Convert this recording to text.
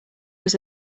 was